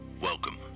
Welcome